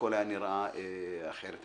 הכול היה נראה אחרת.